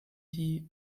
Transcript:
die